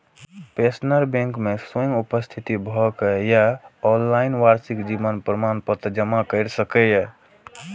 pensioner bank मे स्वयं उपस्थित भए के या ऑनलाइन वार्षिक जीवन प्रमाण पत्र जमा कैर सकैए